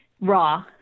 raw